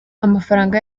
amafaranga